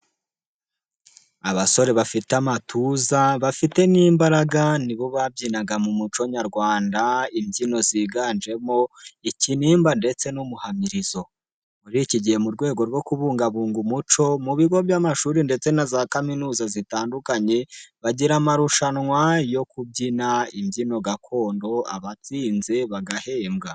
Abasore bafite amatuza bafite n'imbaraga ni bo babyinaga mu muco nyarwanda, imbyino ziganjemo ikinimba ndetse n'umuhamirizo, muri iki gihe mu rwego rwo kubungabunga umuco, mu bigo by'amashuri ndetse na za kaminuza zitandukanye, bagira amarushanwa yo kubyina imbyino gakondo abatsinze bagahembwa.